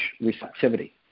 receptivity